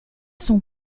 son